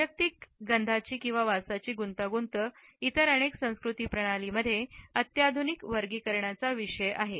वैयक्तिक गंधची गुंतागुंत इतर अनेक संस्कृतीं प्रणाली मध्ये अत्याधुनिक वर्गीकरणाचा विषय आहे